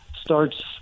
starts